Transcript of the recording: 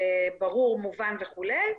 ברור מובן וכולי,